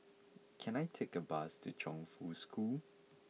can I take a bus to Chongfu School